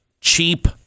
cheap